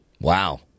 Wow